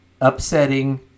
upsetting